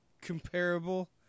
comparable